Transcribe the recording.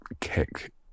kick